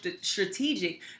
strategic